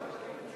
אבל אני,